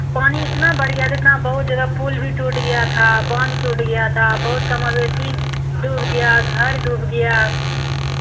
पानी इतना भर गया था इतना बहुत ज़्यादा पुल भी टूट गया था बांध टूट गया था बहुत का मवेशी डूब गया घर डूब गया